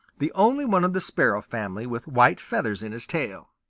the only one of the sparrow family with white feathers in his tail.